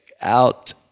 out